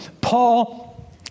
Paul